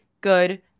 good